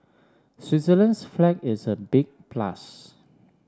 Switzerland's flag is a big plus